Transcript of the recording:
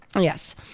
Yes